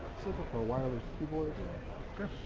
sort of for a wireless keyboard sure